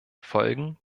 folgen